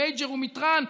מייג'ור ומיטראן,